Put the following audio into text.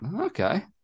Okay